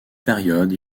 période